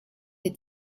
des